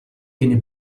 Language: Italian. viene